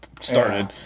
started